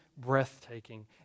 breathtaking